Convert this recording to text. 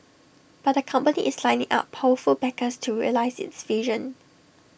but the company is lining up powerful backers to realise its vision